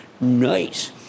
Nice